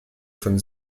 von